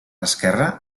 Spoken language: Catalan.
esquerre